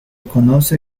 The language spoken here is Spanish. conoce